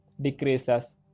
decreases